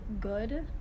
good